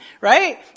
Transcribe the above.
right